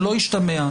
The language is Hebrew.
שלא ישתמע,